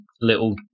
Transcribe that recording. little